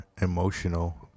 emotional